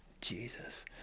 Jesus